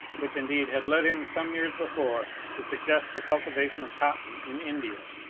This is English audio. which indeed had led him some years before to suggest the cultivation of cotton in india.